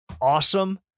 awesome